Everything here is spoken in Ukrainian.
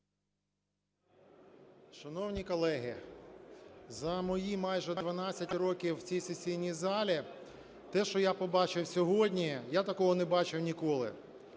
Шановні колеги, за мої майже 12 років в цій сесійній залі те, що я побачив сьогодні, я такого не бачив ніколи,